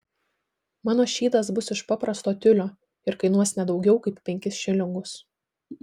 mano šydas bus iš paprasto tiulio ir kainuos ne daugiau kaip penkis šilingus